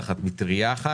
תחת מטרייה אחת,